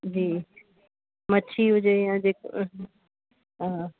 जी मच्छी हुजे या जेको हा